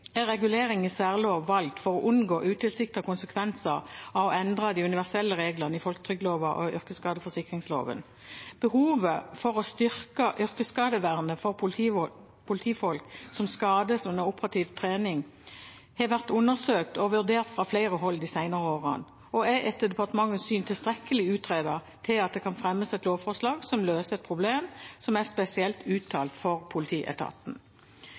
er regulering i særlov valgt for å unngå utilsiktede konsekvenser av å endre de universelle reglene i folketrygdloven og yrkesskadeforsikringsloven. Behovet for å styrke yrkesskadevernet for politifolk som skades under operativ trening, har vært undersøkt og vurdert fra flere hold de senere årene og er etter departementets syn tilstrekkelig utredet til at det kan fremmes et lovforslag som løser et problem som er spesielt uttalt fra politietaten.